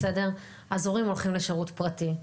אז הורים הולכים לשירות פרטי.